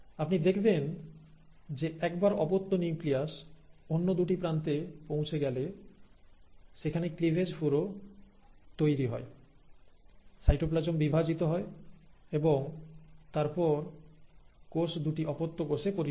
আপনি দেখবেন যে একবার অপত্য নিউক্লিয়াস অন্য দুটি প্রান্তে পৌঁছে গেলে সেখানে ক্লিভেজ পুরো তৈরি হয় সাইটোপ্লাজম বিভাজিত হয় এবং তারপর কোষ দুটি অপত্য কোষে পরিণত হয়